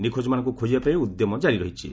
ନିଖୋଜମାନଙ୍କୁ ଖୋଟ୍ଟିବା ପାଇଁ ଉଦ୍ୟମ କାରୀ ରହିଛି